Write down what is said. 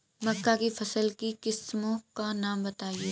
मक्का की फसल की किस्मों का नाम बताइये